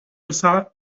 alçar